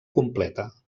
completa